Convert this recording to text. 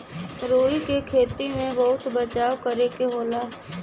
रुई क खेती में बहुत बचाव करे के होला